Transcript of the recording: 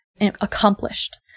Accomplished